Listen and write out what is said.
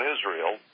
Israel